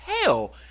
hell